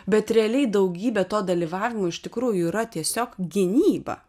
bet realiai daugybė to dalyvavimo iš tikrųjų yra tiesiog gynyba